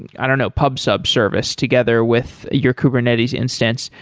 and i don't know pub sub service together with your kubernetes instance.